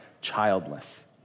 childless